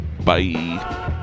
Bye